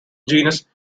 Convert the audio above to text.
genus